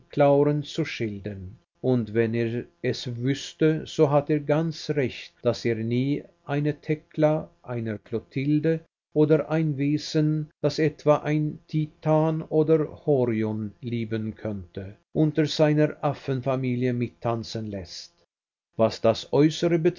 clauren zu schildern und wenn er es wüßte so hat er ganz recht daß er nie eine thekla eine klotilde oder ein wesen das etwa ein titan oder horion lieben könnte unter seiner affenfamilie mittanzen läßt was das äußere